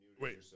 wait